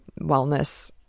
wellness